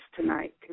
tonight